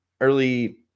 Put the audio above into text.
early